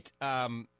right